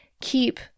keep